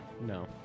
No